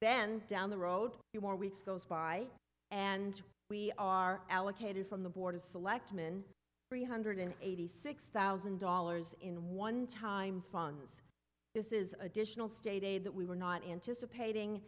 then down the road the more weeks goes by and we are allocated from the board of selectmen three hundred eighty six thousand dollars in one time funds this is additional state aid that we were not anticipating